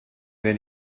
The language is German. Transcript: wer